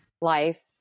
life